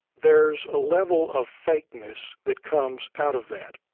there's a level of fake-ness that comes out of that.